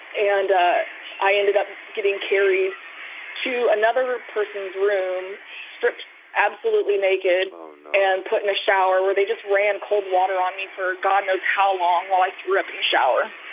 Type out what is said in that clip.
and i ended up getting carried to another person's room, stripped absolutely naked and put in a shower where they just ran cold water on me for god knows how long while i threw up in the shower.